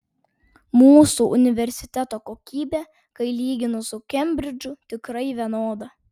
mūsų universiteto kokybė kai lyginu su kembridžu tikrai vienoda